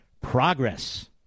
progress